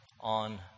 on